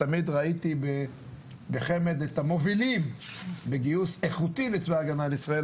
תמיד ראיתי בחמ"ד את המובילים בגיוס איכותי לצבא הגנה לישראל,